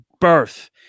birth